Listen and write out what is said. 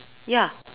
ya